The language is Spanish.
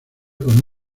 con